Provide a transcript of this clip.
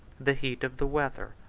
the heat of the weather,